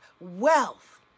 wealth